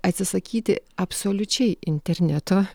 atsisakyti absoliučiai interneto